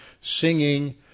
singing